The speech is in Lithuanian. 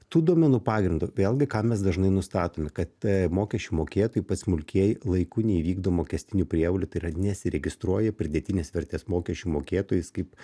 tų duomenų pagrindu vėlgi ką mes dažnai nustatome kad mokesčių mokėtojai pat smulkieji laiku neįvykdo mokestinių prievolių tai yra nesiregistruoja pridėtinės vertės mokesčių mokėtojais kaip